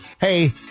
hey